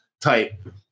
type